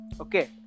Okay